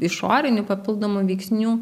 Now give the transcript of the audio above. išorinių papildomų veiksnių